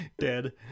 Dead